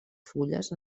fulles